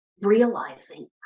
realizing